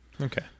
Okay